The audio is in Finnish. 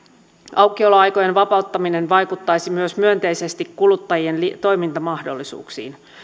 aukioloaikojen vapauttaminen vaikuttaisi myös myönteisesti kuluttajien toimintamahdollisuuksiin